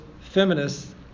feminists